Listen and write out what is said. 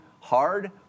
hard